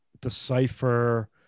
decipher